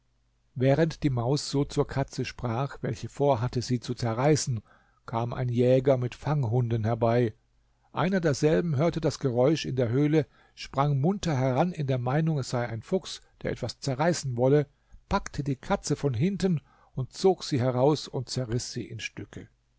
wahrend die maus so zur katze sprach welche vorhatte sie zu zerreißen kam ein jäger mit fanghunden herbei einer derselben hörte das geräusch in der höhle sprang munter heran in der meinung es sei ein fuchs der etwas zerreißen wolle packte die katze von hinten und zog sie heraus und zerriß sie in stücke